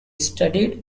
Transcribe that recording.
studied